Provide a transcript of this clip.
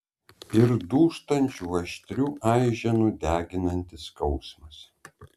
ir dūžtančių aštrių aiženų deginantis skausmas